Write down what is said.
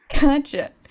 Gotcha